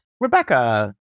Rebecca